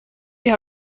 ihr